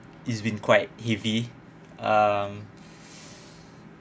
it's been quite heavy um